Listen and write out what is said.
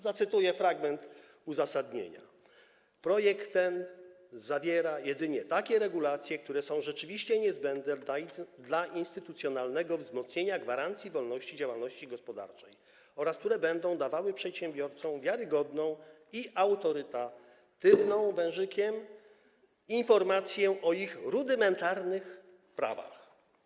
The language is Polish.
Zacytuję fragment uzasadnienia: Projekt ten zawiera jedynie takie regulacje, które są rzeczywiście niezbędne dla instytucjonalnego wzmocnienia gwarancji wolności działalności gospodarczej oraz które będą dawały przedsiębiorcom wiarygodną i autorytatywną - wężykiem - informację o ich rudymentarnych prawach.